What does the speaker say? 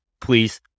please